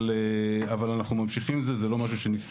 אבל אנחנו ממשיכים עם זה, זה לא משהו שנפסק.